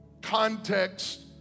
context